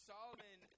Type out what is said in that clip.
Solomon